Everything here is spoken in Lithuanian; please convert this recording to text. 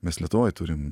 mes lietuvoj turim